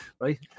right